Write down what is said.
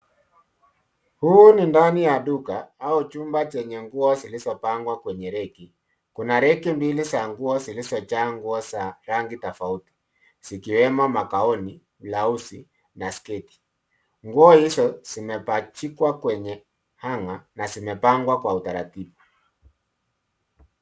Hii ni ndani ya duka au chumba zenye nguo zilizopangwa kwenye reki. Kuna reki mbili za nguo zilizojaa nguo za rangi tofauti zikiwemo magauni, blauzi na sketi. Nguo hizo zimepachikwa kwenye hanger na zimepangwa kwa utaratibu.